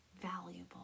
valuable